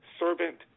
servant